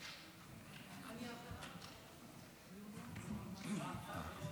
בבוקר הייתי